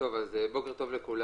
בוקר טוב,